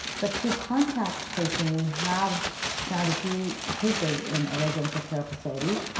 but through contact tracing, we have found a few cases in residential care facilities.